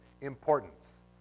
importance